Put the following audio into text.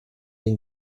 den